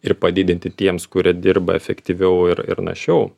ir padidinti tiems kurie dirba efektyviau ir ir našiau